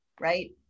right